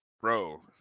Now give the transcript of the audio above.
Bro